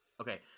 Okay